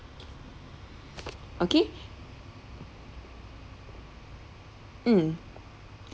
okay mm